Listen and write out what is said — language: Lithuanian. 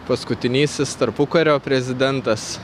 paskutinysis tarpukario prezidentas